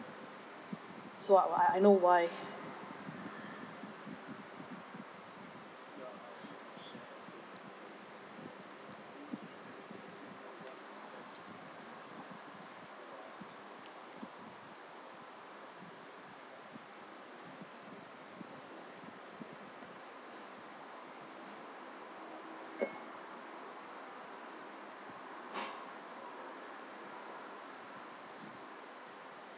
so I I know why